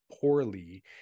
poorly